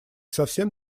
совсем